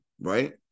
right